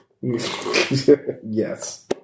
Yes